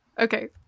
Okay